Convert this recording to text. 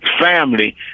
family